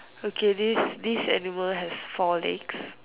okay this this animal has four legs